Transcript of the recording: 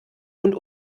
und